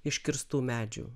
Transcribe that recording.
iškirstų medžių